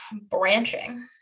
branching